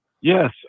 Yes